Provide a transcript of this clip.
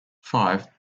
five